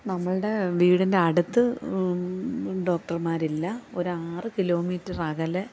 നമ്മളുടെ വീടിൻ്റെ അടുത്ത് ഡോക്ടർമാരില്ല ഒരു ആറ് കിലോമീറ്ററകലെ